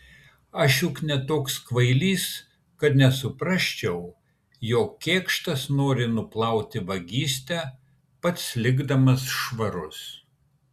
aš juk ne toks kvailys kad nesuprasčiau jog kėkštas nori nuplauti vagystę pats likdamas švarus